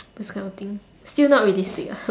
those kind of thing still not realistic lah